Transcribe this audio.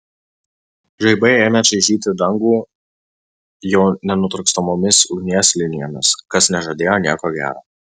žaibai ėmė čaižyti dangų jau nenutrūkstamomis ugnies linijomis kas nežadėjo nieko gero